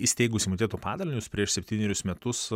įsteigus imuniteto padalinius prieš septynerius metus